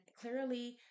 clearly